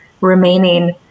remaining